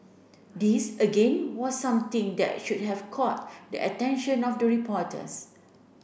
this again was something that should have caught the attention of the reporters